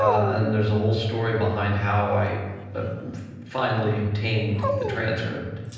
and there's a whole story behind how i finally obtained the transcript.